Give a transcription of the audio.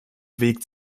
weg